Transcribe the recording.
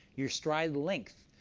your stride length.